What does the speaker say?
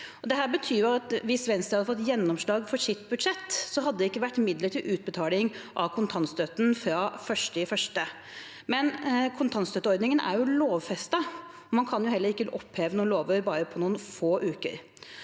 Det betyr at hvis Venstre hadde fått gjennomslag for sitt budsjett, hadde det ikke vært midler til utbetaling av kontantstøtte fra 1. januar. Men kontantstøtteordningen er jo lovfestet. Man kan heller ikke oppheve lover bare på noen få uker.